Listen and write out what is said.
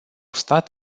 stat